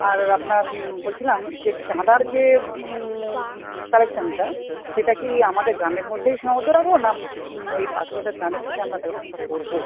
আর আপনার বলছিলাম যে চাঁদার যে কালেকশনটা সেটা কি আমাদের গ্রামের মধ্যেই সীমাবদ্ধ রাখবো না ওই আশেপাশের গ্রামের থেকে আমরা কালেকশনটা করবো